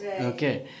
Okay